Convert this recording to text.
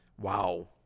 Wow